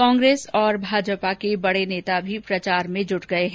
कांग्रेस और भाजपा के बडे नेता भी प्रचार में जुट गये हैं